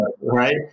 right